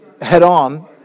head-on